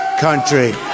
country